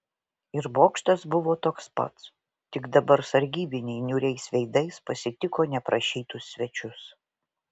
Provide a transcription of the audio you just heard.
ir bokštas buvo toks pats tik dabar sargybiniai niūriais veidais pasitiko neprašytus svečius